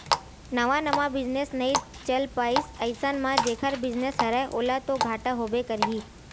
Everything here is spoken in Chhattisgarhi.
नवा नवा बिजनेस नइ चल पाइस अइसन म जेखर बिजनेस हरय ओला तो घाटा होबे करही